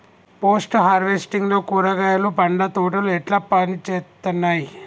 Post harvesting లో కూరగాయలు పండ్ల తోటలు ఎట్లా పనిచేత్తనయ్?